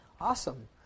Awesome